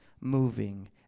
moving